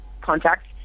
contact